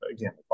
Again